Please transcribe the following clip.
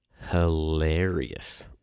Hilarious